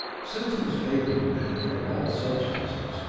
since it was able to penetrate all substances,